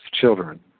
children